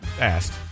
asked